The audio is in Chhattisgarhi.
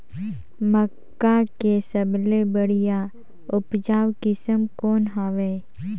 मक्का के सबले बढ़िया उपजाऊ किसम कौन हवय?